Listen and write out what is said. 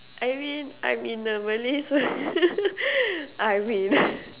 I mean I'm in the Malay so I win